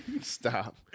Stop